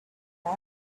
boy